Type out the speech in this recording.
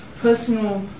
personal